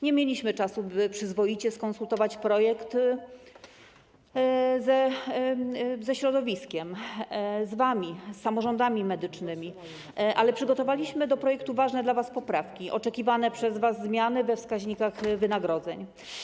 Nie mieliśmy czasu, by przyzwoicie skonsultować projekt ze środowiskiem, z wami, z samorządami medycznymi, ale przygotowaliśmy do projektu ważne dla was poprawki, oczekiwane przez was zmiany we wskaźnikach wynagrodzeń.